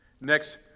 Next